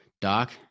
Doc